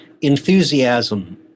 Enthusiasm